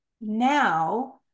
now